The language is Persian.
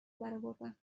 درآوردم